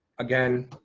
again,